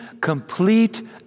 complete